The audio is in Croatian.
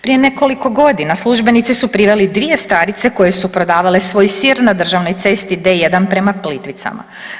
Prije nekoliko godina službenici su priveli dvije starice koje su prodavale svoj sir na državnoj cesti D1 prema Plitvicama.